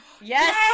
Yes